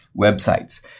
websites